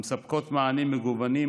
המספקות מענים מגוונים,